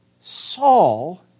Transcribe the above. Saul